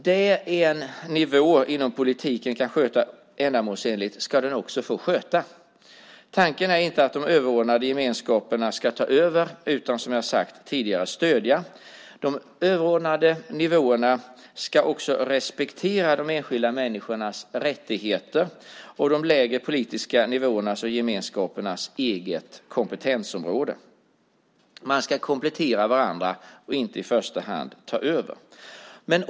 Den nivå som kan sköta politiken ändamålsenligt ska också få sköta den. Tanken är inte att de överordnade gemenskaperna ska ta över utan som jag sagt tidigare stödja. De överordnade nivåerna ska också respektera de enskilda människornas rättigheter och de lägre politiska nivåernas och gemenskapernas eget kompetensområde. Man ska komplettera varandra och inte i första hand ta över.